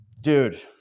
Dude